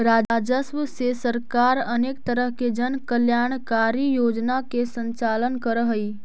राजस्व से सरकार अनेक तरह के जन कल्याणकारी योजना के संचालन करऽ हई